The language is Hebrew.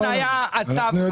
מזמן הצו היה חתום.